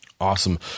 Awesome